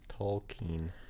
Tolkien